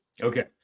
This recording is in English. Okay